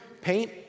paint